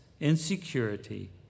insecurity